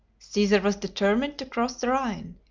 caesar was determined to cross the rhine,